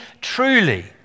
truly